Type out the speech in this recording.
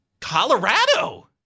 Colorado